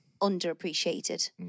underappreciated